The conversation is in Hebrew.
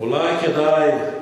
אולי כדאי,